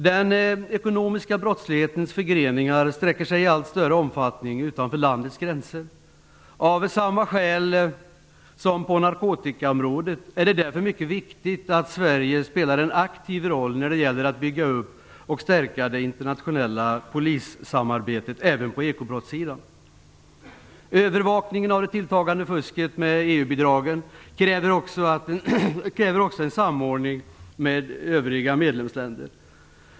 Den ekonomiska brottslighetens förgreningar sträcker sig i allt större omfattning utanför landets gränser. Av samma skäl som på narkotikaområdet är det därför mycket viktigt att Sverige spelar en aktiv roll när det gäller att bygga upp och stärka det internationella polissamarbetet även på ekobrottssidan. bidragen kräver också en samordning med övriga medlemsländer.